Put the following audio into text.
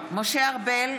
משה ארבל,